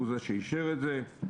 יש לך טעות.